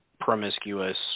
promiscuous